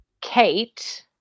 Kate